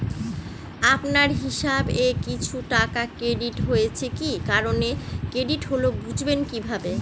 আপনার হিসাব এ কিছু টাকা ক্রেডিট হয়েছে কি কারণে ক্রেডিট হল বুঝবেন কিভাবে?